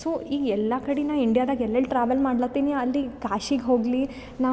so ಈಗ ಎಲ್ಲ ಕಡೆ ನಾ ಇಂಡಿಯಾದಾಗ ಎಲ್ಲಿ ಎಲ್ಲಿ ಟ್ರಾವೆಲ್ ಮಾಡ್ಲಾತೀನಿ ಅಲ್ಲಿ ಕಾಶಿಗೆ ಹೋಗಲಿ ನಾ